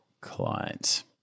clients